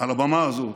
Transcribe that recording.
על הבמה הזאת,